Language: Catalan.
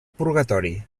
purgatori